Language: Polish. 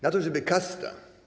Na to, żeby kasta.